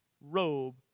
robe